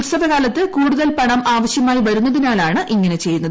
ഉത്സവകാലത്ത് കൂടുതൽ പണം ആവശ്യമായി വരുന്നതിനാലാണ് ഇങ്ങനെ ചെയ്യുന്നത്